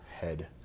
Head